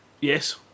Yes